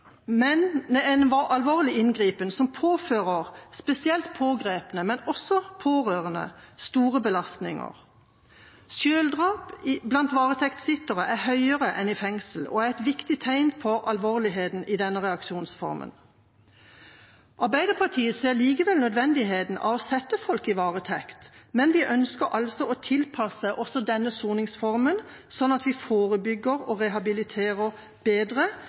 som påfører spesielt pågrepne, men også pårørende, store belastninger. Selvdrap blant varetektssittere er høyere enn i fengsel, og et viktig tegn på alvorligheten i denne reaksjonsformen. Arbeiderpartiet ser likevel nødvendigheten av å sette folk i varetekt, men vi ønsker altså å tilpasse også denne soningsformen, sånn at vi forebygger og rehabiliterer bedre,